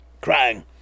crying